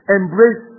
embrace